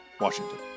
Washington